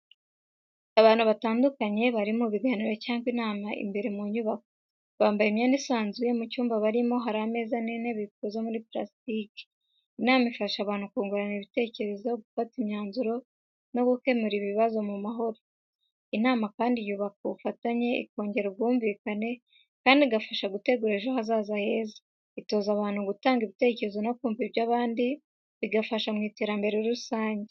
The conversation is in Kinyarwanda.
Abantu batandukanye bari mu biganiro cyangwa inama imbere mu nyubako. Bambaye imyenda isanzwe. Mu cyumba barimo hari ameza n'intebe bikoze muri palasitike. Inama ifasha abantu kungurana ibitekerezo, gufata imyanzuro, no gukemura ibibazo mu mahoro. Inama kandi yubaka ubufatanye, ikongera ubwumvikane, kandi igafasha gutegura ejo hazaza heza. Itoza abantu gutanga ibitekerezo no kumva iby’abandi, bigafasha mu iterambere rusange.